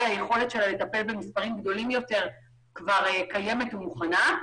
היכולת שלה לטפל במספרים גדולים יותר כבר קיימת ומוכנה.